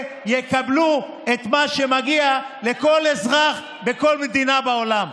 יקבלו את מה שמגיע לכל אזרח בכל מדינה בעולם.